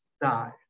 die